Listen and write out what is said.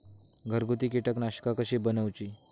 घरगुती कीटकनाशका कशी बनवूची?